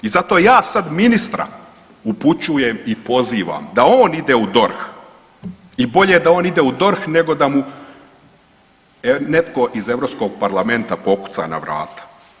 I zato ja sad ministra upućujem i pozivam da on ide u DORH i bolje da on ide u DORH nego da mu netko iz Europskog parlamenta pokuca na vrata.